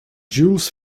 jules